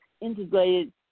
integrated